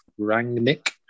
Rangnick